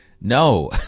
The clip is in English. no